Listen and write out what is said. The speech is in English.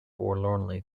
forlornly